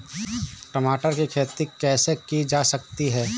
टमाटर की खेती कैसे की जा सकती है?